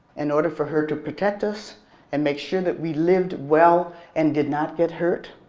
in order for her to protect us and make sure that we lived well and did not get hurt.